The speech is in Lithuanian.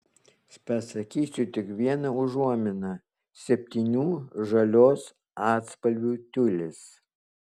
pasakysiu tik vieną užuominą septynių žalios atspalvių tiulis